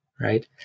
right